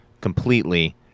completely